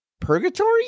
purgatory